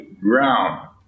ground